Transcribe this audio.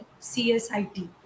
CSIT